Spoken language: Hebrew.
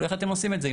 איך אתם עושים את זה?